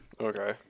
Okay